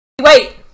Wait